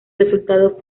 resultado